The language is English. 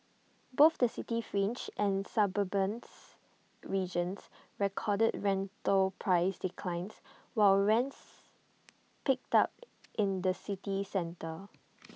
both the city fringe and suburbans regions recorded rental price declines while rents picked up in the city centre